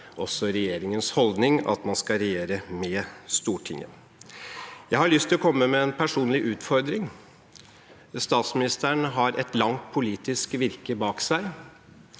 også regjeringens holdning – at man skal regjere med Stortinget. Jeg har lyst å komme med en personlig utfordring. Statsministeren har et langt politisk virke bak seg,